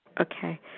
Okay